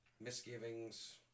misgivings